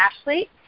Ashley